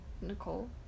Nicole